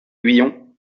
guyon